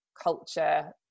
culture